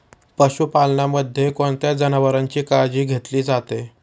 पशुपालनामध्ये कोणत्या जनावरांची काळजी घेतली जाते?